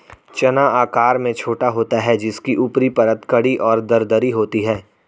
चना आकार में छोटा होता है जिसकी ऊपरी परत कड़ी और दरदरी होती है